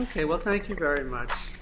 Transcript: ok well thank you very much